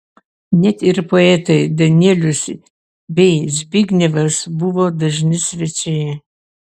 net ir poetai danielius bei zbignevas buvo dažni svečiai